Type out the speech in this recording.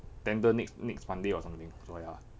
tender next next monday or something so ya